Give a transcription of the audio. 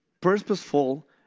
purposeful